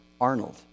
Arnold